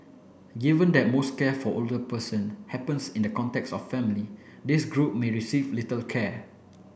given that most care for older person happens in the context of family this group may receive little care